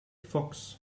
fox